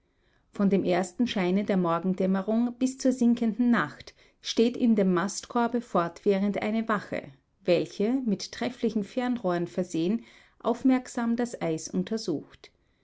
von dem ersten scheine der morgendämmerung bis zur sinkenden nacht steht in dem mastkorbe fortwährend eine wache welche mit trefflichen fernrohren versehen aufmerksam das eis untersucht